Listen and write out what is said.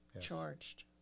charged